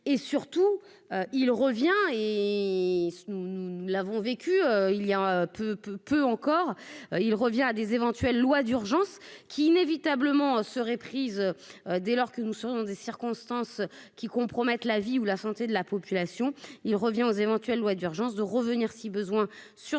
Et surtout, il revient et nous l'avons vécu il y a peu, peut encore, il revient à des éventuels, loi d'urgence qui inévitablement seraient prises. Dès lors que nous sommes dans des circonstances qui compromettent la vie ou la santé de la population, il revient aux éventuelles, loi d'urgence de revenir si besoin sur